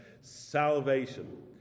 salvation